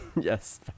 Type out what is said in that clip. Yes